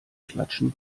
klatschen